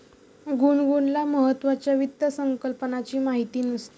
गुनगुनला महत्त्वाच्या वित्त संकल्पनांची माहिती नसते